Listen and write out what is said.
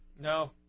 No